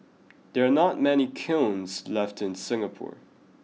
there are not many kilns left in Singapore